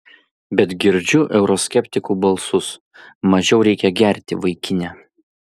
bet girdžiu euroskeptikų balsus mažiau reikia gerti vaikine